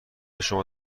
شما